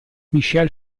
michel